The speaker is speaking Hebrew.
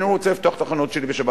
אני רוצה לפתוח את החנות שלי בשבת.